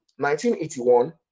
1981